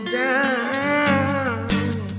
down